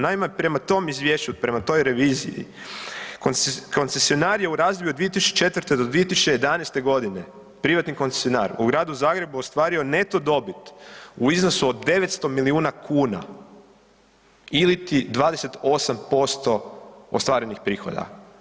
Naime, prema tom izvješću, prema toj reviziji koncesionar je razdoblju od 2004.-2011. godine privatni koncesionar u Gradu Zagrebu ostvario neto dobit u iznosu od 900 milijuna kuna iliti 28% ostvarenih prihoda.